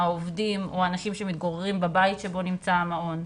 של העובדים או אנשים שמתגוררים בבית בו נמצא המעון,